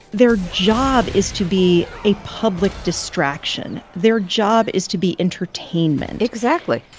their job is to be a public distraction their job is to be entertainment. exactly.